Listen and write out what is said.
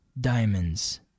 diamonds